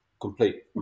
complete